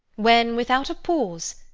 when, without a pause,